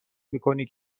میکنی